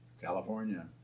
California